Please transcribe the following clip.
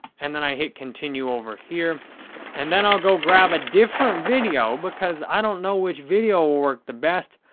and then i hit continue over here and then i'll go grab a different video, because i don't know which video will work the best.